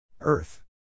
Earth